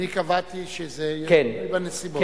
אני מקווה שזה יהיה תלוי בנסיבות.